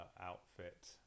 outfit